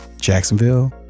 Jacksonville